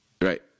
right